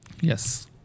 yes